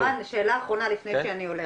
רם, שאלה אחרונה לפני שאני הולכת,